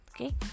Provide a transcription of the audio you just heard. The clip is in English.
okay